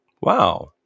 Wow